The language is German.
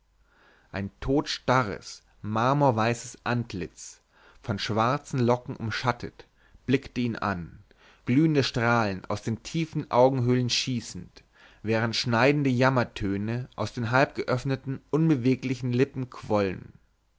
ein todstarres marmorweißes antlitz von schwarzen locken umschattet blickte ihn an glühende strahlen aus den tiefen augenhöhlen schießend während schneidende jammertöne aus den halbgeöffneten unbewegten lippen quollen